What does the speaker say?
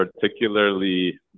particularly